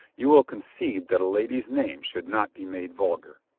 you will concede that a lady's name should not be made vul gar.